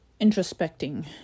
introspecting